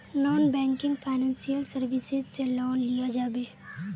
Non banking financial services से loan लिया जाबे?